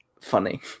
funny